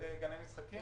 טיפות חלב, גני משחקים.